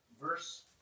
verse